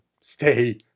stay